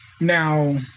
Now